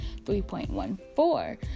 3.14